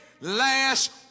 last